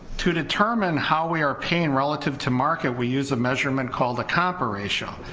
to determine how we are paying relative to market we use a measurement called a compa ratio,